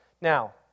Now